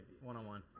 one-on-one